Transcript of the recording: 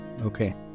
okay